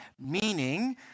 meaning